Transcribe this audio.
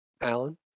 Alan